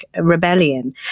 rebellion